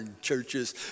Churches